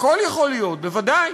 הכול יכול להיות, בוודאי.